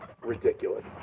ridiculous